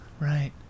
Right